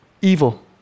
evil